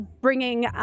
bringing